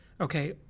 Okay